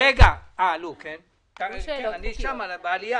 שאלות חוקיות,